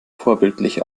vorbildlich